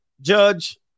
Judge